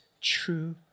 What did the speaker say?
true